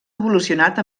evolucionat